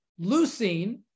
leucine